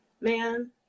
man